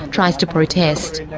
tries to protest.